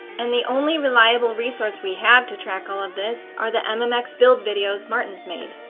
and the only reliable resource we have to track all of this are the mmx build videos martin's made.